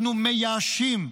אנחנו מייאשים,